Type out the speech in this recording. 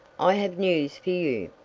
i have news for you,